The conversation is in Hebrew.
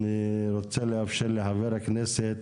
אני רוצה לאפשר לחבר הכנסת